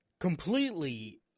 completely